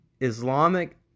Islamic